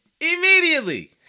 immediately